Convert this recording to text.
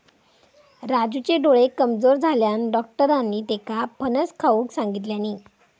राजूचे डोळे कमजोर झाल्यानं, डाक्टरांनी त्येका फणस खाऊक सांगितल्यानी